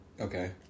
okay